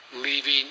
leaving